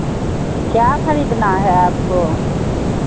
क्या खरीदना है आपको